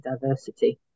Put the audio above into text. diversity